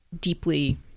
deeply